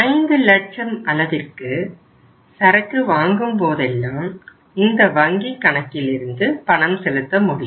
5 லட்சம் அளவிற்கு சரக்கு வாங்கும் போதெல்லாம் இந்த வங்கி கணக்கில் இருந்து பணம் செலுத்த முடியும்